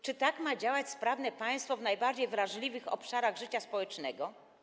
Czy tak ma działać sprawne państwo w najbardziej wrażliwych obszarach życia społecznego?